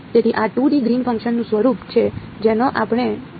તેથી આ 2D ગ્રીનના ફંક્શનનું સ્વરૂપ છે જેનો આપણે ઉપયોગ કરીશું